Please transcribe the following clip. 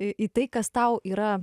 į į tai kas tau yra